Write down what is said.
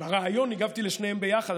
ברעיון הגבתי לשניהם ביחד,